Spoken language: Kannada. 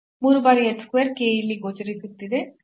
3 ಬಾರಿ h ಸ್ಕ್ವೇರ್ k ಇಲ್ಲಿ ಗೋಚರಿಸುತ್ತಿದೆ